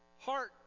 Heart